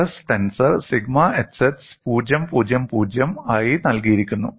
stress tensor sigma xx 0 0 0 ആയി നൽകിയിരിക്കുന്നു